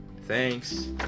Thanks